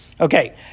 Okay